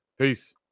Peace